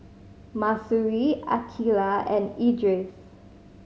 Mahsuri Aqeelah and Idris